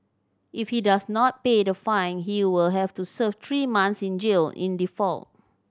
if he does not pay the fine he will have to serve three months in jail in default